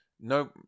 no